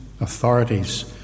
authorities